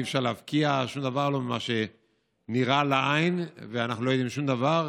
אי-אפשר להבקיע שום דבר ממה שנראה לעין ואנחנו לא יודעים שום דבר?